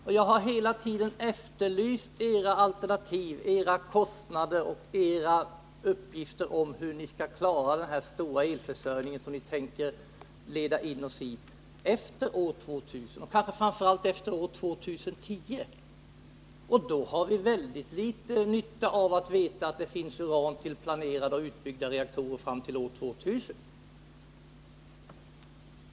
Och jag har hela tiden efterlyst uppgifter om era alternativ, om kostnaderna för dem och om hur ni skall klara den stora elförsörjning som ni tänker leda ossiniefter år 2000, och framför allt efter år 2010. Och när vi vill ha svar på de frågorna har vi väldigt liten nytta av att veta att det finns uran till planerade och utbyggda reaktorer fram till år 2000.